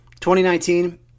2019